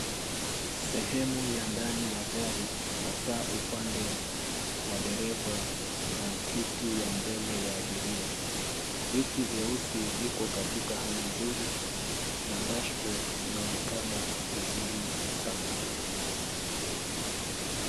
Sehemu ya ndani ya gari hasa upande wa dereva na kiti ya mbele ya abiria. Viti vyeusi viko katika hali nzuri na dashibodi inaonekana vizuri sana.